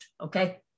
okay